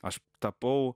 aš tapau